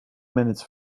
minutes